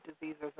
diseases